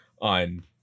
on